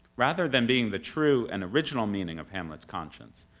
rather than being the true and original meaning of hamlet's conscience,